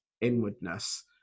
inwardness